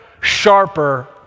sharper